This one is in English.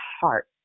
heart